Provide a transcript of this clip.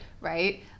Right